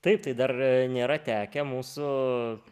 taip tai dar nėra tekę mūsų